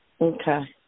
Okay